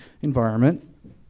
environment